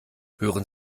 hören